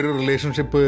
relationship